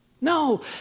No